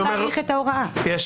אין